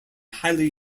highly